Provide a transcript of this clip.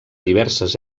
diverses